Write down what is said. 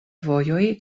vojoj